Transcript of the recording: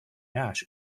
ash